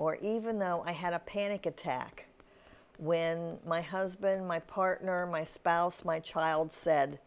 or even though i had a panic attack when my husband my partner my spouse my child said